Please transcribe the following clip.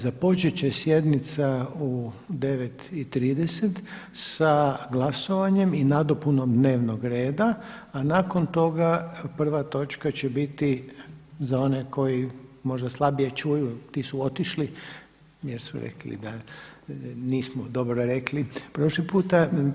Započet će sjednica u 9,30 sa glasovanjem i nadopunom dnevnog reda, a nakon toga prva točka će biti za one koji možda slabije čuju, ti su otišli jer su rekli da nismo dobro rekli prošli puta.